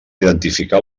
identificar